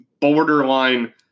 borderline